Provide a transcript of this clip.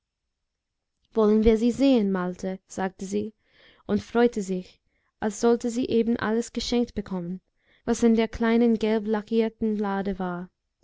wollen wir sie sehen malte sagte sie und freute sich als sollte sie eben alles geschenkt bekommen was in der kleinen gelblackierten lade war